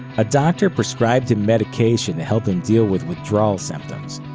a doctor prescribed him medication to help him deal with withdrawal symptoms.